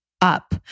up